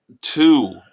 two